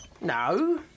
No